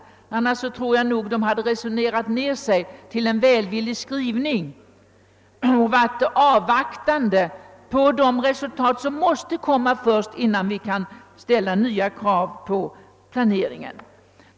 I annat fall tror jag emellertid att de hade resonerat sig fram till en välvillig skrivning och hade intagit en avvaktande hållning i väntan på de resultat, som måste komma fram innan vi kan ställa nya krav på planeringen.